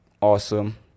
awesome